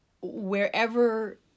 wherever